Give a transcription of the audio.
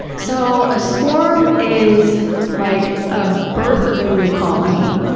so, a swarm is like a birth of a new colony,